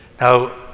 Now